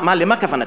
למה כוונתי?